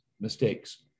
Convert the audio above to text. mistakes